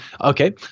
Okay